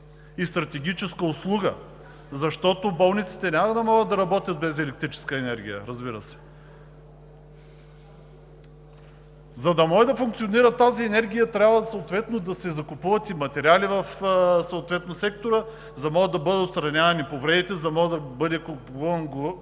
и стратегическа услуга, защото болниците няма да могат да работят без електрическа енергия, разбира се. За да може да функционира тази енергия, трябва съответно да се закупуват и материали в сектора, за да могат да бъдат отстранявани повредите, за да може да бъде купуван